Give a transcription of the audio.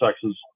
Texas